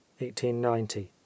1890